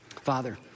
Father